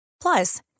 Plus